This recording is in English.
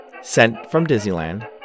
sentfromdisneyland